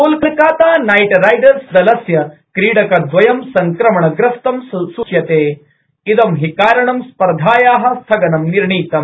Kolkata knight riders दलस्य क्रीडकदवयं संक्रमण ग्रस्तं सूच्यते इदं हि कारणं स्पर्धाया स्थगनं निर्णीतम्